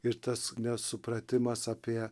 ir tas nesupratimas apie